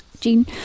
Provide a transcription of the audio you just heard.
gene